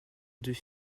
deux